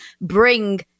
bring